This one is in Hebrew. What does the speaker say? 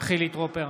חילי טרופר,